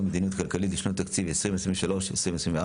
המדיניות הכלכלית לשנות התקציב 2023 ו-2024),